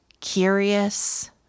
curious